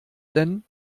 denn